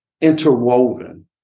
interwoven